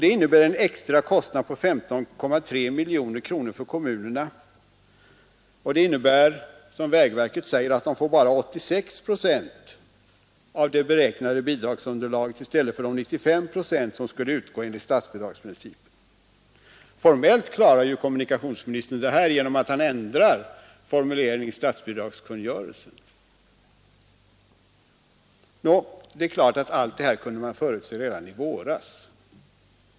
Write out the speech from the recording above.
Det innebär en extra kostnad på 15,3 miljoner kronor för kommunerna, och det innebär, som vägverket säger, att de bara får 86 procent av det beräknade bidragsunderlaget i stället för de 95 procent som skulle utgå enligt statsbidragsprincipen. Formellt klarar kommunikationsministern av detta genom att han ändrar formuleringen i statsbidragskungörelsen. Det är klart att man kunde förutse allt detta redan i våras.